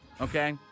okay